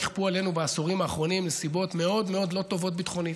נכפו עלינו בעשורים האחרונים נסיבות מאוד מאוד לא טובות ביטחונית,